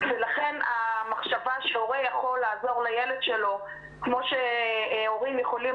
ולכן המחשבה שהורה יכול לעזור לילד שלו כמו שהורים יכולים